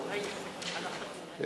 הרווחה, דיברתי על דברים אחרים.